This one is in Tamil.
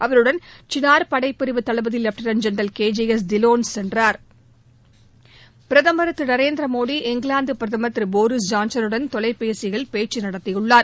அவருடன் சினார் படை பிரிவு தளபதி lieutenant general K J S Dhillon சென்றார் பிரதமர் திரு நரேந்திர மோடி இங்கிலாந்து பிரதமர் திரு போரிஸ் ஜான்கனுடன் தொலைபேசியில் பேச்சு நடத்தியுள்ளார்